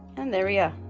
and there yeah